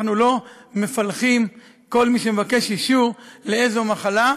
אנחנו לא מפלחים כל מי שמבקש אישור לפי המחלה.